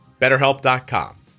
Betterhelp.com